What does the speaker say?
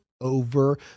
over